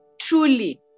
truly